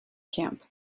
camp